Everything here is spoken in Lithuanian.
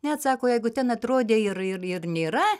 net sako jeigu ten atrodė ir ir ir nėra